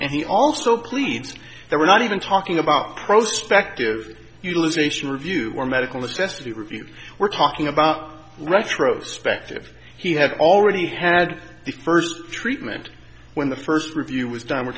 and he also pleads there we're not even talking about the prospect of utilization review or medical necessity review we're talking about retrospectively he had already had the first treatment when the first review was done we're